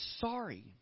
sorry